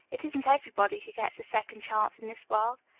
it isn't everybody who gets a second chance in this world.